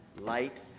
light